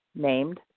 named